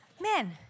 men